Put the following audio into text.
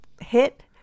hit